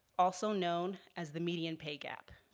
also known as the median pay gap.